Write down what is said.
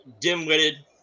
dim-witted